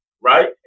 Right